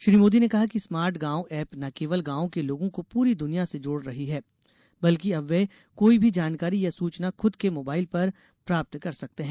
श्री मोदी ने कहा कि स्मार्ट गाँव एप न केवल गांवों के लोगों को पूरी दुनियां से जोड़ रही है बल्कि अब वे कोई भी जानकारी या सूचना खुद के मोबाइल पर प्राप्त कर सकते हैं